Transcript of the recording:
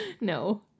no